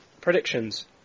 Predictions